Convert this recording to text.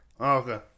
Okay